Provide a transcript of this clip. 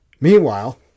Meanwhile